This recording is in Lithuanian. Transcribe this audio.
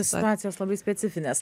situacijos labai specifinės